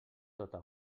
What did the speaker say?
tota